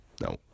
No